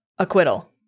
acquittal